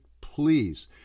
please